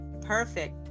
perfect